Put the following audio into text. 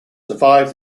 survived